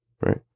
right